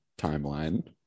timeline